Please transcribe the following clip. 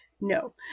no